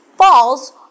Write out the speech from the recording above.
Falls